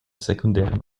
sekundären